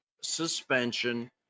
suspension